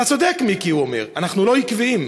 אתה צודק, מיקי, הוא אומר, אנחנו לא עקביים.